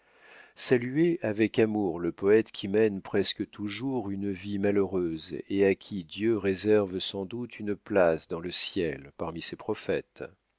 saluez avec amour le poète qui mène presque toujours une vie malheureuse et à qui dieu réserve sans doute une place dans le ciel parmi ses prophètes